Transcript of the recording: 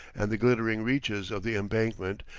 and the glittering reaches of the embankment,